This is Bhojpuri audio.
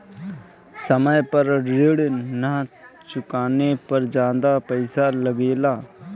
समय पर ऋण ना चुकाने पर ज्यादा पईसा लगेला?